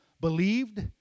believed